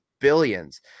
billions